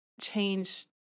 change